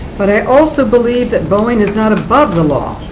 but i also believe that boeing is not above the law.